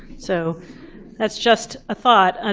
so that's just a thought. ah